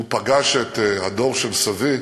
הוא פגש את הדור של סבי,